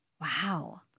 Wow